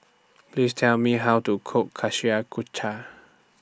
Please Tell Me How to Cook